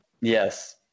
Yes